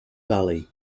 valley